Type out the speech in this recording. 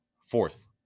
fourth